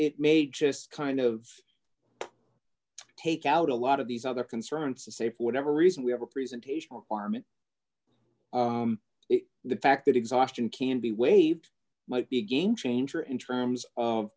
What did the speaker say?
it may just kind of take out a lot of these other concerns to say for whatever reason we have a presentation requirement the fact that exhaustion can be waived might be a game changer in terms of